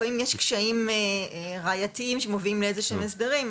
לפעמים יש קשיים ראייתיים שמובילים להסדרים,